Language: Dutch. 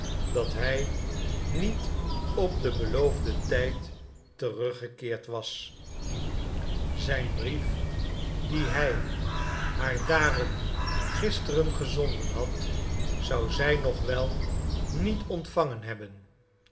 dat hij niet op den beloofden tijd teruggekeerd was zijn brief die hij haar daarom gisteren gezonden had zou zij nog wel niet ontvangen hebben